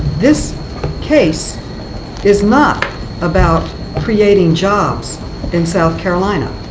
this case is not about creating jobs in south carolina.